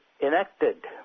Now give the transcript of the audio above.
enacted